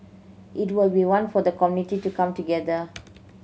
it will be one for the community to come together